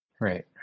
Right